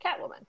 Catwoman